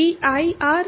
pi are